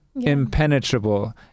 impenetrable